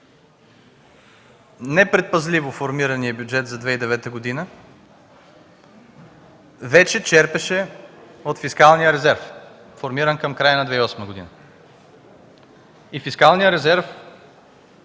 непредпазливо формираният бюджет за 2009 г. вече черпеше от фискалния резерв, формиран към края на 2008 г. И фискалният резерв,